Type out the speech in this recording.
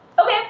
Okay